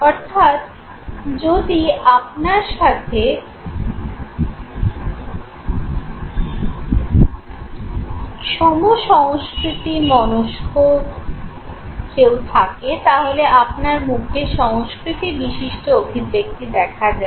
অর্থাৎ যদি আপনার সাথে সম সংস্কৃতি মনস্ক কেউ থাকে তাহলে আপনার মুখে সংস্কৃতি বিশিষ্ট অভিব্যক্তি দেখা যাবে